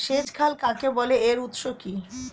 সেচ খাল কাকে বলে এর উৎস কি?